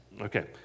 Okay